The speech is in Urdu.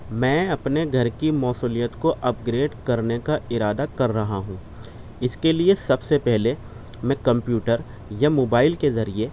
میں اپنے گھر کی موصولیت کو اپگریڈ کرنے کا ارادہ کر رہا ہوں اس کے لیے سب سے پہلے میں کمپیوٹر یا موبائل کے ذریعے